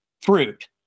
fruit